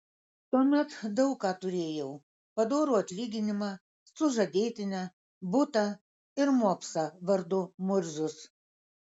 tuomet daug ką turėjau padorų atlyginimą sužadėtinę butą ir mopsą vardu murzius